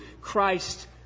Christ